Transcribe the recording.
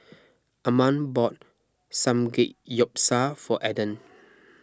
Amma bought Samgeyopsal for Eden